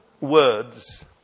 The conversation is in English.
words